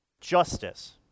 Justice